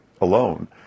alone